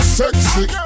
sexy